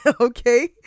Okay